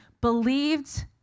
believed